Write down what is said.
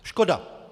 Škoda!